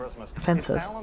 offensive